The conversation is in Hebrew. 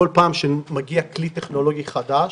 כל פעם שמגיע כלי טכנולוגי חדש,